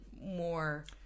more